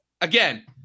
Again